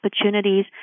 opportunities